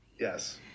Yes